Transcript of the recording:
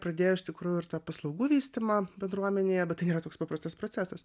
pradėjo iš tikrųjų paslaugų vystymą bendruomenėje bet tai nėra toks paprastas procesas